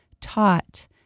taught